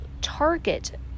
target